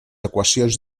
equacions